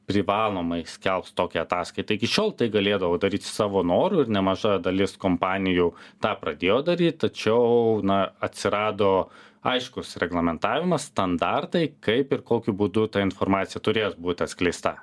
privalomai skelbs tokią ataskaitą iki šiol tai galėdavo daryt savo noru ir nemaža dalis kompanijų tą pradėjo daryt tačiau na atsirado aiškus reglamentavimas standartai kaip ir kokiu būdu ta informacija turės būt atskleista